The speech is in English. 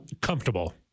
comfortable